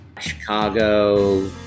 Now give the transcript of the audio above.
Chicago